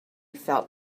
felt